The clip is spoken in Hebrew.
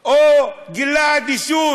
או גילה אדישות.